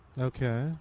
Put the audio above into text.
Okay